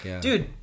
Dude